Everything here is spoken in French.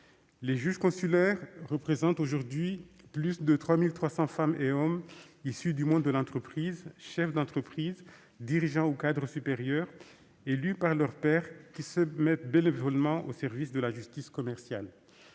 Les juges consulaires représentent aujourd'hui plus de 3 300 femmes et hommes issus du monde de l'entreprise- chefs d'entreprise, dirigeants ou cadres supérieurs -élus par leurs pairs, qui se mettent bénévolement au service de la justice commerciale.